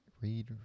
Read